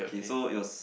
okay so it was